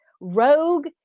rogue